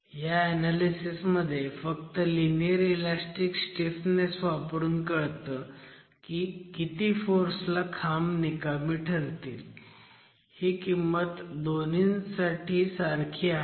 ह्या ऍनॅलिसिसमध्ये फक्त लिनीयर इलॅस्टिक स्टीफनेस वापरून कळतं की किती फोर्स ला खांब निकामी ठरतील ही किंमत दोन्हींसाठी सारखी आहे